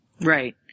Right